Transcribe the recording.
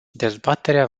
dezbaterea